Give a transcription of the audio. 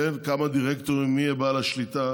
כמה דירקטורים, מי יהיה בעל השליטה